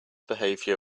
behavior